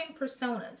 personas